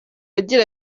agira